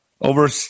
over